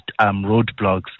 roadblocks